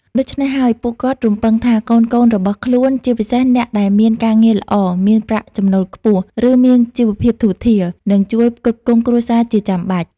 ដូច្នេះហើយ ពួកគាត់រំពឹងថាកូនៗរបស់ខ្លួន ជាពិសេសអ្នកដែលមានការងារល្អ មានប្រាក់ចំណូលខ្ពស់ ឬមានជីវភាពធូរធារ នឹងជួយផ្គត់ផ្គង់គ្រួសារជាចាំបាច់។